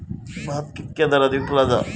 भात कित्क्या दरात विकला जा?